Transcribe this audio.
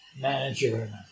manager